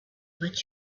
what